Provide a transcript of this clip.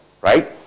right